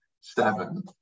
seven